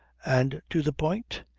and to the point?